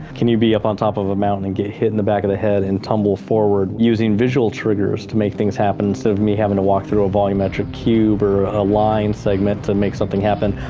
can you be up on top of a mountain and get hit in the back of the head and tumble forward using visual triggers to make things happen, instead so of me having to walk through a volumetric cube or a line segment to make something happen?